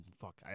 fuck